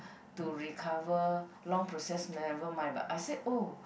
to recover long process never mind but I said oh